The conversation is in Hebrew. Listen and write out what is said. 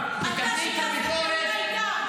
איך אתה, מבסוט מהממשלה הזאת?